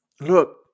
look